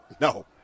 No